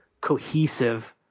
cohesive –